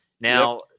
now